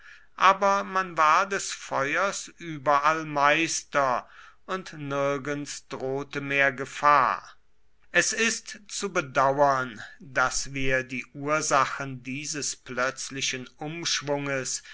aber man war des feuers überall meister und nirgends drohte mehr gefahr es ist zu bedauern daß wir die ursachen dieses plötzlichen umschwunges